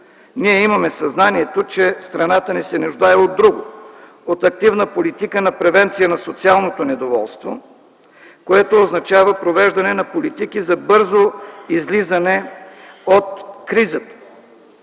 Ние имаме съзнанието, че страната ни се нуждае от друго – от активна политика на превенция на социалното недоволство, което означава провеждане на политики за бързо излизане от кризата.